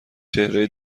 چهره